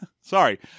sorry